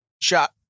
shot